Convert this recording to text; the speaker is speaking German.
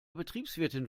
betriebswirtin